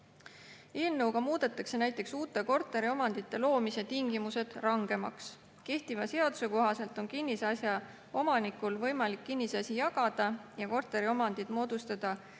Eelnõuga muudetakse näiteks uute korteriomandite loomise tingimused rangemaks. Kehtiva seaduse kohaselt on kinnisasja omanikul võimalik kinnisasi jagada ja korteriomandid moodustada